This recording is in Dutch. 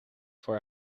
voor